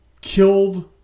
killed